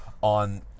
on